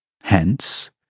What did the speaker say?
Hence